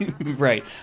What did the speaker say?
Right